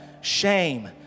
shame